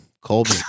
Colby